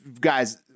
guys